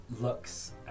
looks